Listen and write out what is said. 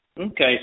Okay